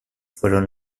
fueron